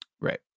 right